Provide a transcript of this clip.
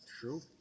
True